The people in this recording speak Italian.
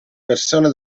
versione